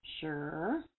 Sure